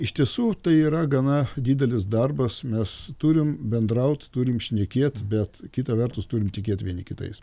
iš tiesų tai yra gana didelis darbas mes turim bendraut turim šnekėt bet kita vertus turim tikėt vieni kitais